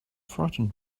frightened